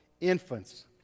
infants